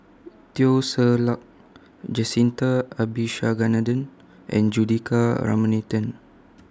Teo Ser Luck Jacintha Abisheganaden and Juthika Ramanathan